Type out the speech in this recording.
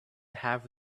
have